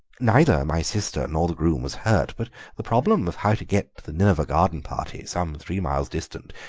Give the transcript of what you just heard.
neither my sister nor the groom was hurt, but the problem of how to get to the nineveh garden-party, some three miles distant,